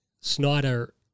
Snyder